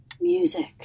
music